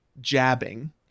jabbing